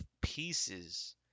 pieces